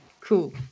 Cool